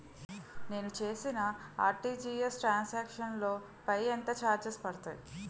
నేను చేసిన RTGS transaction లో పై ఎంత చార్జెస్ పడతాయి?